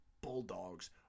bulldogs